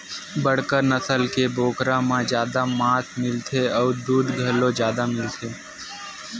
बड़का नसल के बोकरा म जादा मांस मिलथे अउ दूद घलो जादा मिलथे